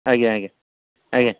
ଆଜ୍ଞା ଆଜ୍ଞା ଆଜ୍ଞା